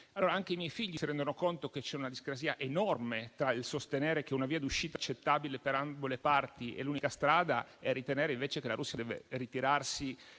Anche i miei figli si rendono conto che c'è una discrasia enorme tra il sostenere che una via d'uscita accettabile per ambo le parti sia l'unica strada e ritenere, invece, che la Russia deve ritirarsi